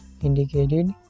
indicated